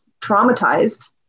traumatized